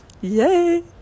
Yay